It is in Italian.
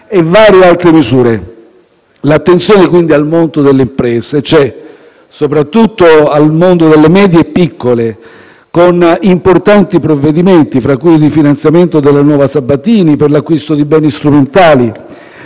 (e varie altre misure). L'attenzione al mondo delle imprese quindi c'è, soprattutto al mondo delle medie e piccole imprese, con importanti provvedimenti, fra cui il rifinanziamento della "Nuova Sabatini" per l'acquisto di beni strumentali